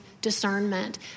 discernment